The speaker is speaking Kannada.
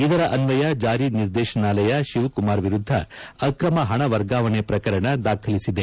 ಇದರ ಅನ್ವಯ ಜಾರಿ ನಿರ್ದೇಶನಾಲಯ ಶಿವಕುಮಾರ್ ವಿರುದ್ದ ಅಕ್ರಮ ಹಣ ವರ್ಗಾವಣೆ ಪ್ರಕರಣ ದಾಖಲಿಸಿದೆ